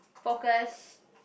focus